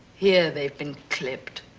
here they've been clipped.